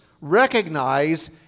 recognize